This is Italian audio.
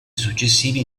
successivi